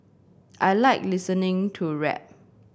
I like listening to rap